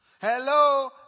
Hello